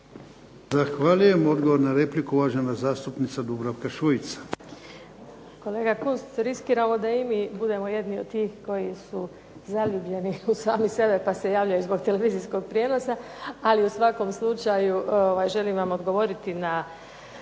Zahvaljujem. Odgovor na repliku, uvažena zastupnica Ana Lovrin.